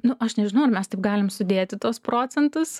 nu aš nežinau ar mes taip galim sudėti tuos procentus